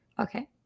Okay